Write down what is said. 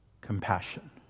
compassion